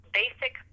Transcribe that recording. basic